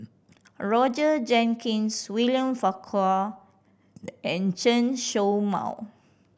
Roger Jenkins William Farquhar and Chen Show Mao